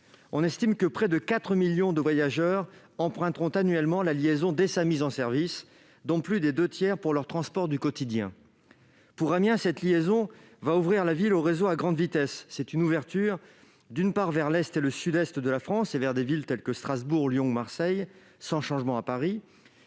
On estime que près de 4 millions de voyageurs emprunteront annuellement la liaison dès sa mise en service, dont plus des deux tiers pour leurs transports du quotidien. Pour Amiens, la liaison va ouvrir la ville au réseau à grande vitesse. C'est une ouverture, d'une part, vers l'est et le sud-est de la France- je pense par exemple à des villes comme Strasbourg, Lyon ou Marseille -, sans changement à Paris,